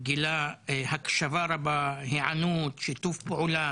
גילה הקשבה רבה, היענות, שיתוף פעולה,